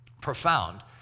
profound